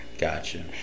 gotcha